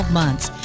months